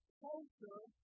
culture